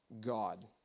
God